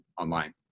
online